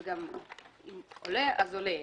אם אדם עולה, אז עולה.